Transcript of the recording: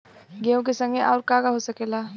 गेहूँ के संगे आऊर का का हो सकेला?